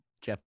jeff